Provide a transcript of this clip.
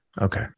okay